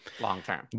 long-term